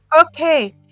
okay